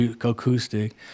acoustic